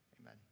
Amen